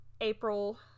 April